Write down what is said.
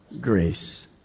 grace